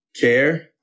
care